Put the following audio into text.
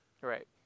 Right